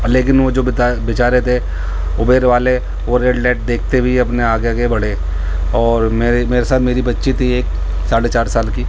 لیکن وہ جو بے چارے تھے ابیر والے وہ ریڈ لائٹ دیکھتے ہوئے اپنے آگے آگے بڑھے اور میری میرے ساتھ ایک بچی تھی ایک ساڑھے چار سال کی